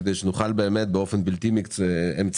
כדי שנוכל באמת באופן בלתי אמצעי,